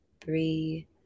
three